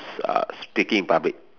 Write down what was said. uh speaking in public